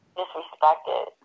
disrespected